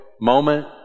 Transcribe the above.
moment